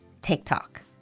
TikTok